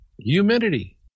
humidity